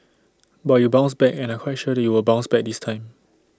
but you bounced back and I'm quite sure you will bounce back this time